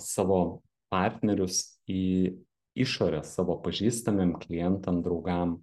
savo partnerius į išorę savo pažįstamiem klientam draugam